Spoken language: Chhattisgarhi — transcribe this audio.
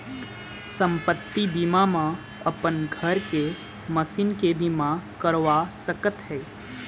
संपत्ति बीमा म अपन घर के, मसीन के बीमा करवा सकत हे